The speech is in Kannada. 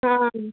ಹಾಂ